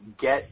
get